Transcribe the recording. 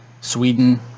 Sweden